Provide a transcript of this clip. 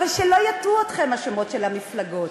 אבל שלא יטעו אתכם השמות של המפלגות,